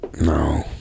No